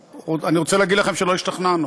אני רוצה להגיד לכם שלא השתכנענו,